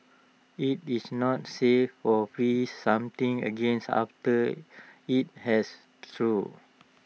IT is not safe or freeze something after IT has thawed